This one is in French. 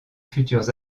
futurs